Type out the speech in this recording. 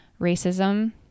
racism